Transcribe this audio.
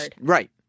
Right